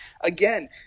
again